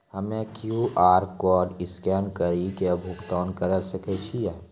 हम्मय Q R code scan कड़ी के भुगतान करें सकय छियै?